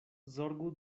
zorgu